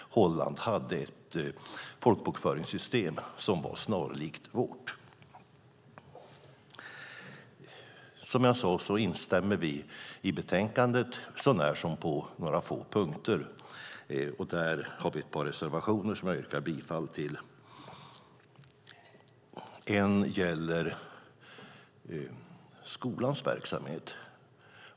Holland hade ett folkbokföringssystem som var snarlikt vårt. Vi instämmer med det som framförs i betänkandet så när som på några få punkter. Där har vi ett par reservationer som jag yrkar bifall till. En av våra reservationer gäller skolans verksamhet.